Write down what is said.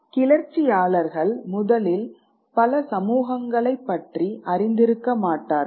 கிளர்ச்சியாளர்கள் முதலில் பல சமூகங்களைப் பற்றி அறிந்திருக்க மாட்டார்கள்